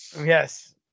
Yes